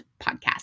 podcast